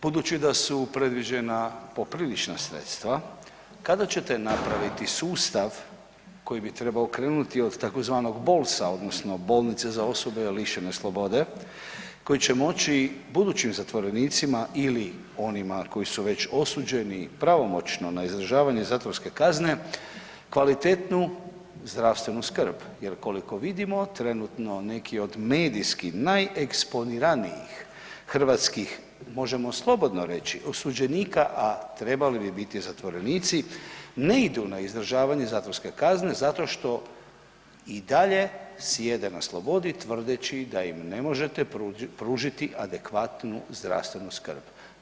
Budući da su predviđena poprilična sredstva kada ćete napraviti sustav koji bi trebao krenuti od tzv. BOLS-a odnosno bolnice za osobe lišene slobode koji će moći budućim zatvorenicima ili onima koji su već osuđeni pravomoćno na izdržavanje zatvorske kazne kvalitetnu zdravstvenu skrb jer koliko vidimo trenutno neki od medijski najeksponiranijih hrvatskih možemo slobodno reći osuđenika, a trebali bi biti zatvorenici ne idu na izdržavanje zatvorske kazne zato što i dalje sjede na slobodi tvrdeći da im ne možete pružiti adekvatnu zdravstvenu skrb.